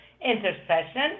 intercession